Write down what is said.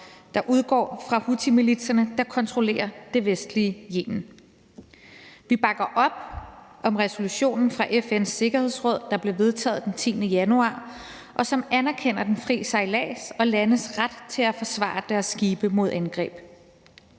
der udgår fra houthimilitserne, der kontrollerer det vestlige Yemen. Vi bakker op om resolutionen fra FN's Sikkerhedsråd, der blev vedtaget den 10. januar, og som anerkender den frie sejlads og landes ret til at forsvare deres skibe mod angreb.